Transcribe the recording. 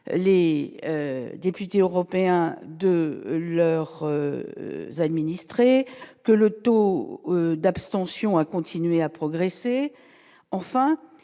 Les députés européens de l'heure, administré que le taux d'abstention a continué à progresser, enfin